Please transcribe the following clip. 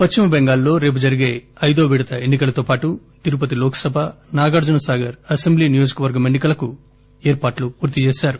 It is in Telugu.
పశ్చిమచెంగాల్ లో రేపు జరిగే ఐదో విడత ఎన్నికలతో పాటు తిరుపతి లోక్ సభ నాగార్జున సాగర్ అసెంబ్లీ నియోజకవర్గం ఎన్ని కలకు ఏర్పాట్లు పూర్తి చేశారు